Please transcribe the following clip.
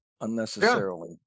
unnecessarily